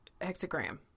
hexagram